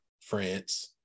France